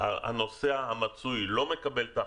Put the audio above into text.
הנוסע המצוי לא מקבל את ההחלטה.